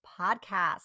podcast